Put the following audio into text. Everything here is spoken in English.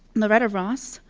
loretta ross,